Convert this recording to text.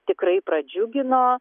tikrai pradžiugino